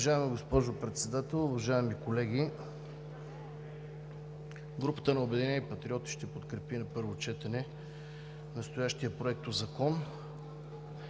Уважаема госпожо Председател, уважаеми колеги! Групата на „Обединени патриоти“ ще подкрепи на първо четене настоящия Проектозакон.